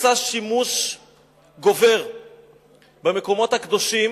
עושה שימוש גובר במקומות הקדושים